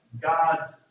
God's